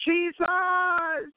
Jesus